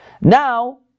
Now